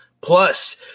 Plus